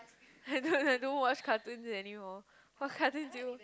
I don't I don't watch cartoon anymore what cartoon do you